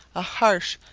a harsh,